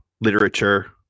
literature